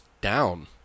down